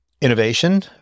innovation